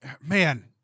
man